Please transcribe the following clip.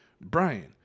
Brian